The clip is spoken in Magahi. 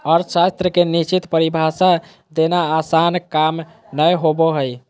अर्थशास्त्र के निश्चित परिभाषा देना आसन काम नय होबो हइ